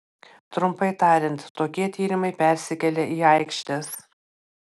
trumpai tariant tokie tyrimai persikelia į aikštes